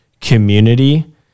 community